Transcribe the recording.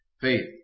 faith